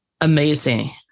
amazing